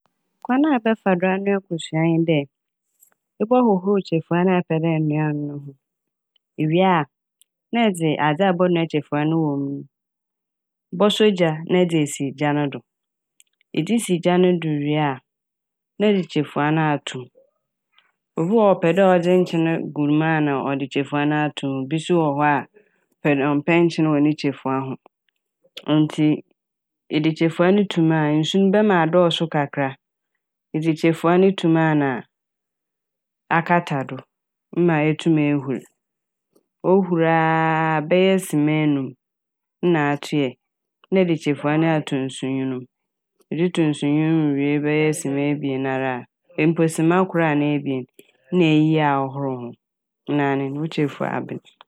Kwan a ɛbɛfa do anoa kosua nye dɛ ebɔhohor kyirefuwa no a epɛ dɛ enoa no ho. Iwie a na edze adze a ebɔnoa kyirefuwa no wɔ mu no, bɔsɔ gya na edze esi gya no do. Edze si gya no do wie a na ɛde kyirefuwa no ato m'. Obi wɔ hɔ a ɔpɛdɛ ɔdze nkyen gu m' ana ɔde kyirefuwa no ato m'. Bi so wɔ hɔ ɔpɛ- ɔmmpɛ nkyen wɔ ne kyirefuwa ho ntsi ede kyirefuwa no to ma a nsu no bɛma adɔɔso kakra a. Edze kyirefuwa no to m' a na akata do ma eetum ehur. Ohur aaaa bɛyɛ sema enum na atoɛ na ɛde kyirefuwa no ato nsu nwin m', ede to nsu nwin mu wie bɛyɛ sema ebien ara a, mpo sema kor anaa ebien na eyiyi ahohor ho naa nye n' wo kyirefuwa abɛn.